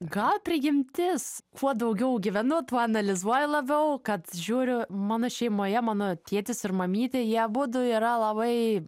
gal prigimtis kuo daugiau gyvenu tuo analizuoju labiau kad žiūriu mano šeimoje mano tėtis ir mamytė jie abudu yra labai